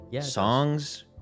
Songs